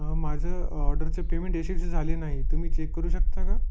माझं ऑर्डरचं पेमेंट यशस्वी झाले नाही तुम्ही चेक करू शकता का